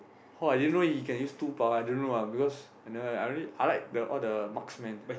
oh I didn't he can use two power I don't know ah because I never I really I like the all the marksman